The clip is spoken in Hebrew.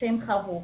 שהם חוו.